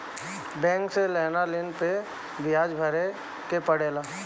bank से लेहल ऋण पे बियाज भरे के पड़ेला